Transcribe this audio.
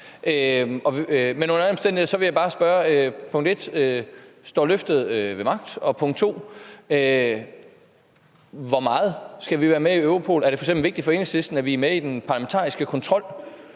Men under alle omstændigheder vil jeg bare spørge, om løftet står ved magt. Det er punkt 1. Punkt 2 er: Hvor meget skal vi være med i Europol? Er det f.eks. vigtigt for Enhedslisten, at vi er med i den parlamentariske kontrol